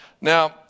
Now